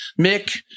Mick